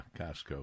Costco